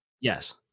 Yes